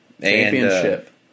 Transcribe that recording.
Championship